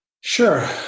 Sure